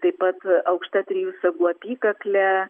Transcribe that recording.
taip pat aukšta trijų sagų apykaklė